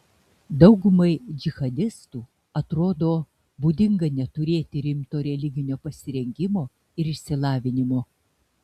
daugumai džihadistų atrodo būdinga neturėti rimto religinio pasirengimo ir išsilavinimo